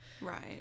Right